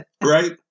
Right